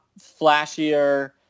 flashier